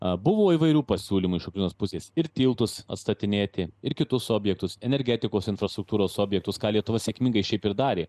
abu įvairių pasiūlymų iš ukrainos pusės ir tiltus atstatinėti ir kitus objektus energetikos infrastruktūros objektus ką lietuva sėkmingai šiaip ir darė